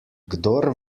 kdor